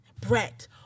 Brett